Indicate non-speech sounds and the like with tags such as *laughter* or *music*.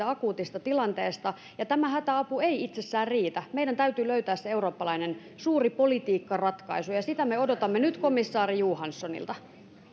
*unintelligible* akuutista tilanteesta tämä hätäapu ei itsessään riitä meidän täytyy löytää se eurooppalainen suuri politiikkaratkaisu ja ja sitä me odotamme nyt komissaari johanssonilta